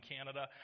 Canada